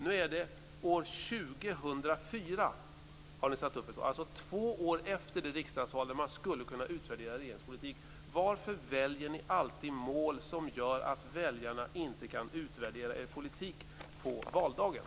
Nu gäller det år 2004, alltså två år efter det riksdagsval där man skulle kunna utvärdera regeringens politik. Varför väljer ni alltid mål som gör att väljarna inte kan utvärdera er politik på valdagen?